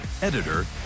Editor